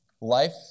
Life